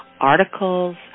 articles